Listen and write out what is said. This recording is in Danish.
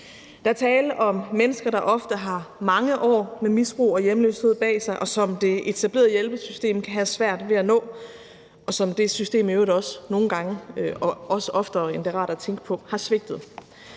Der er tale om mennesker, der ofte har mange år med misbrug og hjemløshed bag sig, og som det etablerede hjælpesystem kan have svært ved at nå, og som det system i øvrigt også nogle gange – og også oftere, end det er rart at tænke på – har svigtet.